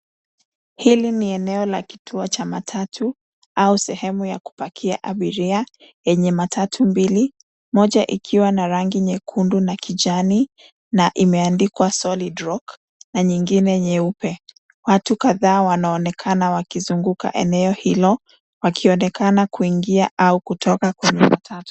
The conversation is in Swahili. Hili ni eneo la kituo cha matatu au sehemu ya kupakia abiria, yenye matatu mbili, moja ikiwa na rangi nyekundu na kijani na imeandikwa Solid rock na nyingine nyeupe. Watu kadhaa wanaonekana wakizunguka eneo hilo, wakionekana kuingia au kutoka kwenye matatu.